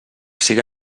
siga